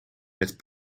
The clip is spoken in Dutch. met